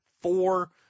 four